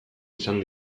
izan